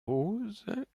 roses